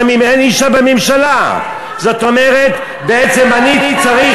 גם אם אין אישה בממשלה, זאת אומרת, בעצם אני צריך,